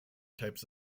types